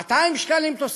200 שקלים תוספת.